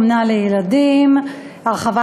הצעת חוק אומנה לילדים (תיקון) (הרחבת